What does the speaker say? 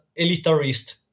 elitarist